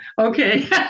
okay